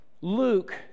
Luke